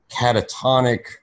catatonic